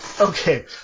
Okay